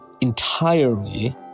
entirely